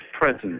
presence